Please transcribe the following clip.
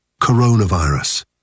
Coronavirus